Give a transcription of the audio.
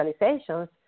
realizations